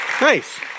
nice